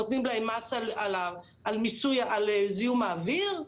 נותנים להם מס על זיהום האוויר?